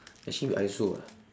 actually I also ah